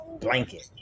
blanket